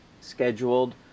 scheduled